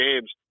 games